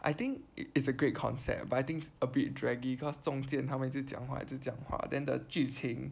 I think it's a great concept but I think it's a bit draggy cause 中间他们一直讲话一直讲话 then the 剧情